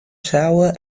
tower